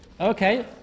Okay